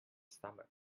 stomach